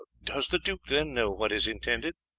does the duke, then, know what is intended?